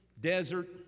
desert